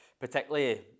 particularly